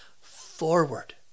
forward